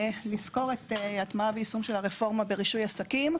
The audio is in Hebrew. סקירה על יישום והטמעת רפורמת הרישוי הדיפרנציאלי